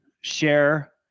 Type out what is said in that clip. share